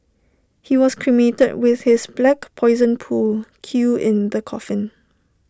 he was cremated with his black Poison pool cue in the coffin